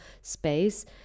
space